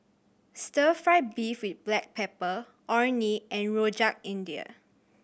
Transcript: Stir Fry beef with black pepper Orh Nee and Rojak India